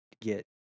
get